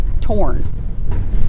torn